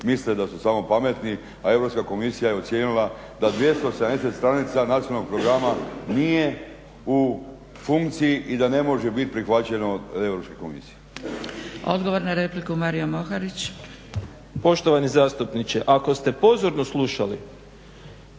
misle da su samo pametni, a Europska komisija je ocijenila da 270 stranica Nacionalnog programa nije u funkciji i da ne može biti prihvaćeno od Europske komisije. **Zgrebec, Dragica (SDP)** Odgovor na repliku, Mario Moharić. **Moharić, Mario (SDP)** Poštovani zastupniče, ako ste pozorno slušali